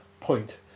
point